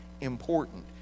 important